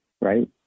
right